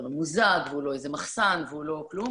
ממוזג והוא לא איזה מחסן והוא לא כלום,